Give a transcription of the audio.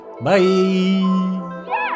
Bye